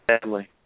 family